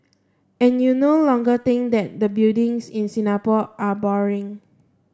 and you no longer think that the buildings in Singapore are boring